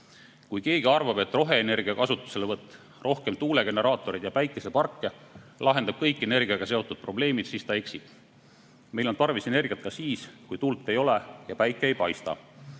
Kui keegi arvab, et roheenergia kasutuselevõtt, rohkem tuulegeneraatoreid ja päikeseparke lahendab kõik energiaga seotud probleemid, siis ta eksib. Meil on tarvis energiat ka siis, kui tuult ei ole ja päike ei paista.